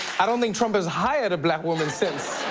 i don't think trump has hired a black woman since.